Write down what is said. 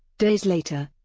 days later,